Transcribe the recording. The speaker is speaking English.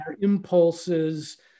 impulses